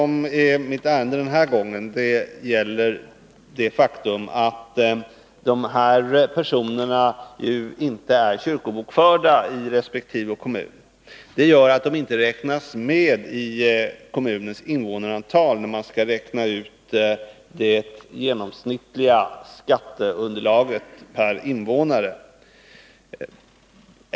Mitt ärende denna gång gäller emellertid det faktum att dessa personer inte är kyrkobokförda i resp. kommun och därför inte kommer med i kommunens invånarantal, när man skall räkna ut det genomsnittliga skatteunderlaget per invånare.